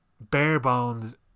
bare-bones